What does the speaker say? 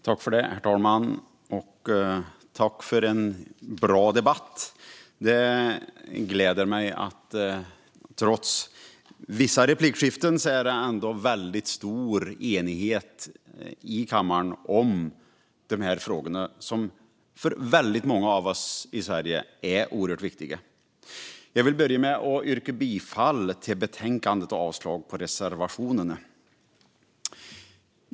Herr talman! Jag tackar för en bra debatt. Det gläder mig att det trots vissa replikskiften ändå råder en stor enighet i kammaren om de här frågorna, som för väldigt många av oss i Sverige är oerhört viktiga. Jag vill börja med att yrka bifall till förslaget i betänkandet och avslag på reservationerna.